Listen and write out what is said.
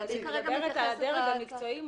היא מדברת על הדרג המקצועי.